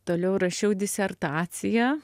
toliau rašiau disertaciją